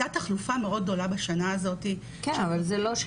את הוועדה כן, הפעולות לא, זה ההבדל.